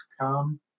come